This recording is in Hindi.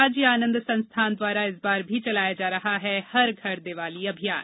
राज्य आनंद संस्थान द्वारा इस बार भी चलाया जा रहा है हर घर दिवाली अभियान